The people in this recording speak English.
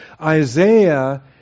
Isaiah